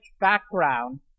background